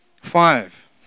Five